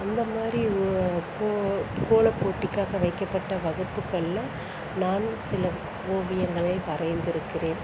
அந்த மாதிரி ஓ போ கோலப்போட்டிக்காக வைக்கப்பட்ட வகுப்புகள்ல நானும் சில ஓவியங்களை வரைந்திருக்கிறேன்